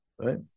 right